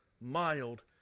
mild